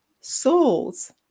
souls